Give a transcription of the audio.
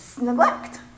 neglect